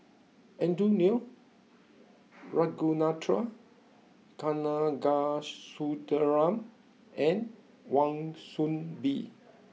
Andrew Lee Ragunathar Kanagasuntheram and Wan Soon Bee